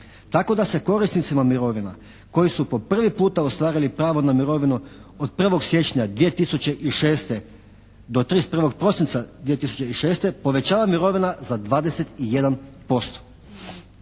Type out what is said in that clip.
tako da se korisnicima mirovina koji su po prvi puta ostvarili pravo na mirovinu od 1. siječnja 2006. do 31. prosinca 2006. povećava mirovina za 21%.